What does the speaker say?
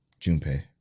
Junpei